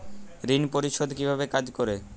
ঋণ পরিশোধ কিভাবে কাজ করে?